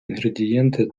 інгредієнти